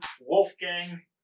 Wolfgang